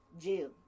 Jill